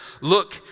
look